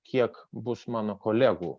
kiek bus mano kolegų